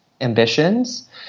ambitions